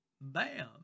Bam